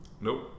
Nope